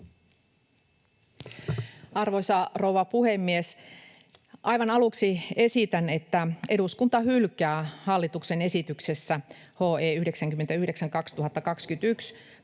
Arvoisa rouva puhemies! Aivan aluksi esitän, että eduskunta hylkää hallituksen esityksessä HE 99/2021